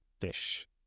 Fish